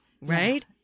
Right